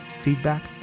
feedback